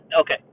okay